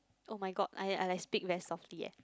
oh-my-god I I like speak very softly eh